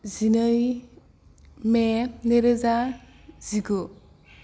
जिनै मे नैरोजा जिगु